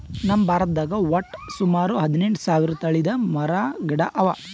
ನಮ್ ಭಾರತದಾಗ್ ವಟ್ಟ್ ಸುಮಾರ ಹದಿನೆಂಟು ಸಾವಿರ್ ತಳಿದ್ ಮರ ಗಿಡ ಅವಾ